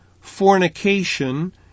fornication